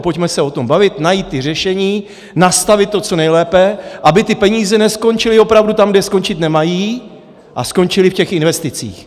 Pojďme se o tom bavit, najít řešení, nastavit to co nejlépe, aby ty peníze neskončily opravdu tam, kde skončit nemají, a skončily v těch investicích.